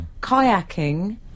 Kayaking